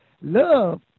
love